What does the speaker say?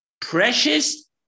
Precious